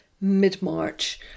mid-March